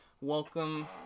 Welcome